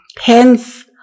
Hence